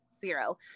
zero